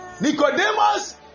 Nicodemus